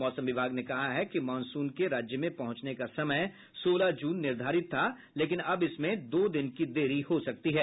मौसम विभाग ने कहा है कि मॉनसून के राज्य में पहुंचने का समय सोलह जून नर्धिारित था लेकिन अब इसमें दो दिन की देरी हो सकती है